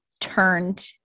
turned